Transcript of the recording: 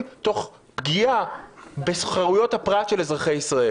תוך פגיעה בחרויות הפרט של אזרחי ישראל.